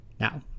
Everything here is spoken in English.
now